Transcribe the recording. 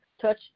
touch